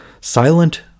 Silent